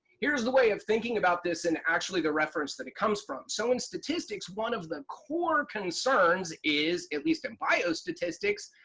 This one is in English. here's the way of thinking about this and actually the reference that it comes from. so in statistics, one of the core concerns is, at least in biostatistics,